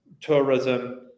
tourism